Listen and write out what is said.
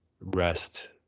rest